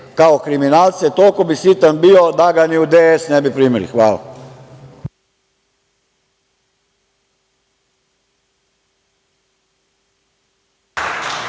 kao kriminalce. Toliko bi sitan bio da ga ni u DS ne bi primili. Hvala.